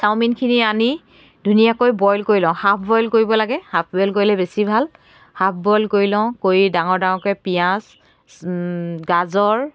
চাওমিনখিনি আনি ধুনীয়াকৈ বইল কৰি লওঁ হাফ বইল কৰিব লাগে হাফ বইল কৰিলে বেছি ভাল হাফ বইল কৰি লওঁ কৰি ডাঙৰ ডাঙৰকৈ পিঁয়াজ গাজৰ